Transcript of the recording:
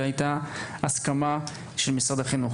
והייתה הסכמה של משרד החינוך.